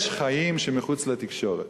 יש חיים מחוץ לתקשורת.